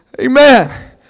Amen